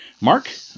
Mark